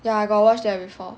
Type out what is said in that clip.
ya I got watch that before